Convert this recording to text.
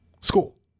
school